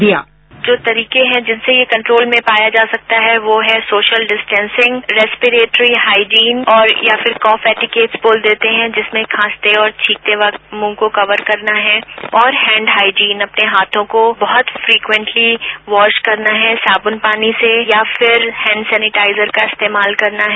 sound bite जो तरीके हैं जिससे ये कंट्रोल में पाया जा सकता है वो हैं सोशल डिस्टेंशिंग रेस्प्रेटरी हाइजीन और या फिर कफ एटीकेट बोल देते हैं जिसमें खांसते और छींकते वक्त मुंह को कवर करना है और हैंड हाइजीन अपने हाथों को बहुत फ्रिक्वेंटली वॉश करना है साबुन पानी से या फिर हैंड सेनेटाइजर का इस्तेमाल करना है